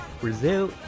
Brazil